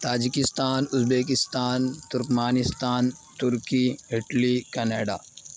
Tajikistan Uzbekistan Turkmenistan ترکی Italy Canada